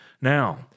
Now